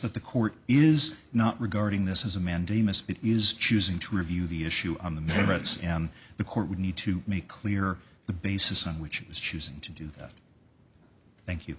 that the court is not regarding this as a mandamus it is choosing to review the issue on the merits and the court would need to make clear the basis on which is choosing to do that thank you